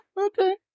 okay